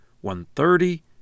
one-thirty